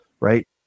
right